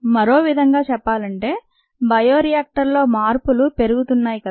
మరో విధంగా చెప్పాలంటే బయోరియాక్టర్ లో మార్పులు పెరుగుతున్నాయి కదా